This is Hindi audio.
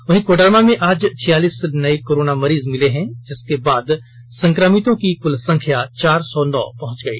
वहीं कोडरमा में आज छयालीस नये कोरोना मरीज मिले हैं जिसके बाद संक्रमितों की कुल संख्या चार सौ नौ पहुंच गई